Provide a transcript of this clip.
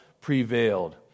prevailed